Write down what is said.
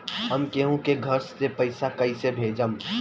हम केहु के घर से पैसा कैइसे भेजम?